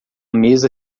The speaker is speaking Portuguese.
mesa